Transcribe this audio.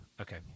okay